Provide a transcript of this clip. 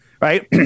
right